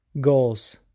Goals